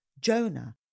Jonah